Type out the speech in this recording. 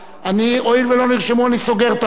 הואיל ולא נרשמו, אני סוגר את הרשימה.